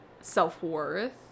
self-worth